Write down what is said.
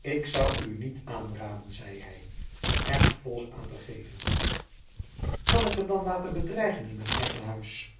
ik zou u niet aanraden zei hij er gevolg aan te geven kan ik me dan laten bedreigen in mijn eigen huis